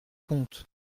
comte